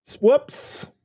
whoops